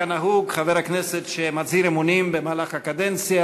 כנהוג, חבר כנסת שמצהיר אמונים במהלך הקדנציה,